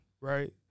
right